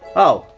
oh,